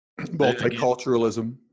multiculturalism